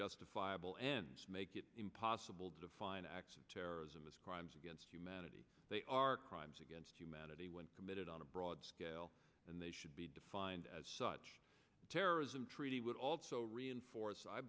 justifiable ends make it impossible to define acts of terrorism as crimes against humanity they are crimes against humanity when committed on a broad scale and they should be defined as such terrorism treaty would also reinforce i